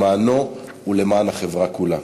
למענו ולמען החברה כולה.